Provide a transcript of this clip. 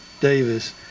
Davis